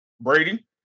Brady